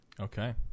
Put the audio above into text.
Okay